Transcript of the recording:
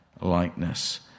likeness